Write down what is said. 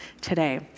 today